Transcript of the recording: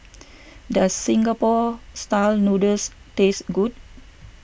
does Singapore Style Noodles taste good